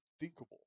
unthinkable